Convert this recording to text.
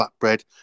flatbread